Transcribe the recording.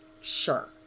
Sure